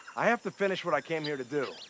i have to finish what i came here to do.